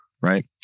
right